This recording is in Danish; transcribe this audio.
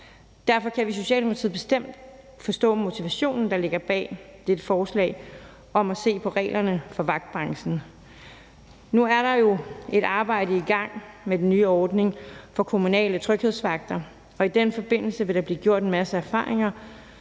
Derfor kan vi i Socialdemokratiet bestemt forstå motivationen, der ligger bag dette forslag om at se på reglerne for vagtbranchen. Nu er der jo et arbejde i gang med den nye ordning for kommunale tryghedsvagter, og i den forbindelse vil der blive gjort en masse erfaringer,